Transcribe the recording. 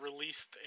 released